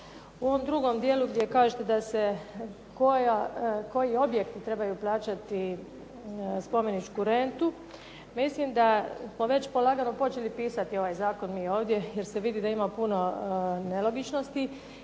U ovom drugom dijelu gdje kažete koji objekti trebaju plaćati spomeničku rentu, mislim da smo već polagano počeli pisati ovaj zakon mi ovdje jer se vidi da ima puno nelogičnosti